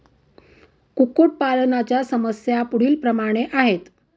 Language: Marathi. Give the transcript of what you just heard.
कुक्कुटपालनाच्या समस्या पुढीलप्रमाणे आहेत